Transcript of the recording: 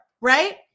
right